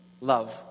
Love